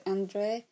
Andre